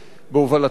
בהובלתך,